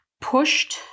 pushed